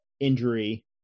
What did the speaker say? injury